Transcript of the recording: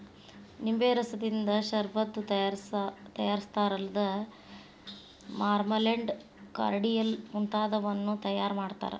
ನಿಂಬೆ ರಸದಿಂದ ಷರಬತ್ತು ತಯಾರಿಸ್ತಾರಲ್ಲದ ಮಾರ್ಮಲೆಂಡ್, ಕಾರ್ಡಿಯಲ್ ಮುಂತಾದವನ್ನೂ ತಯಾರ್ ಮಾಡ್ತಾರ